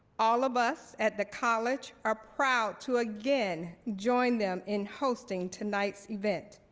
all of us at the college are proud to again join them in hosting tonight's event.